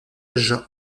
nage